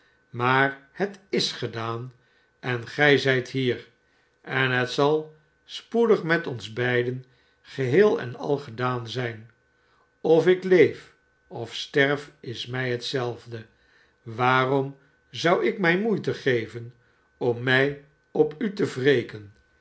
maar het is gedaan en gij zijt hier en het zal rspoedig met ons beiden geheel en al gedaan zijn of ik leef of sterf is mij hetzelfde waarom zou ik mij moeite geven om mij op u te